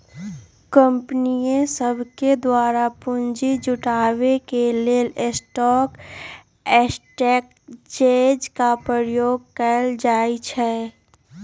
कंपनीय सभके द्वारा पूंजी जुटाबे के लेल स्टॉक एक्सचेंज के प्रयोग कएल जाइ छइ